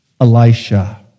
Elisha